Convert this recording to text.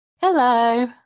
Hello